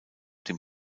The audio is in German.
dem